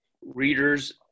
readers